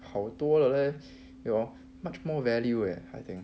好多了 leh 有 much more value eh I think